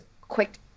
quick